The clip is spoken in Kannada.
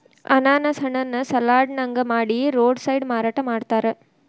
ಅನಾನಸ್ ಹಣ್ಣನ್ನ ಸಲಾಡ್ ನಂಗ ಮಾಡಿ ರೋಡ್ ಸೈಡ್ ಮಾರಾಟ ಮಾಡ್ತಾರ